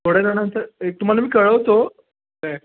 थोड्या जणांचं एक तुम्हाला मी कळवतो काय